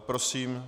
Prosím.